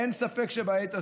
אגיד שאין ספק שבעת הזו,